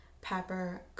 pepper